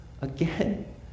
again